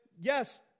yes